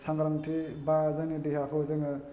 सांग्राथि बा जोंनि देहाखौ जोङो